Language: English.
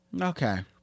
Okay